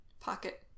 pocket